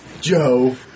Joe